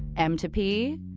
m to p,